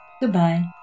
goodbye